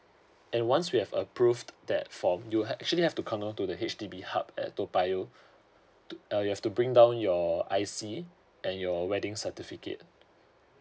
and once we have approved that form you actually have to come down to the H_D_B hub at to payoh uh you have to bring down your IC and your wedding certificate